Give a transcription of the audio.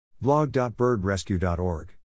blog.birdrescue.org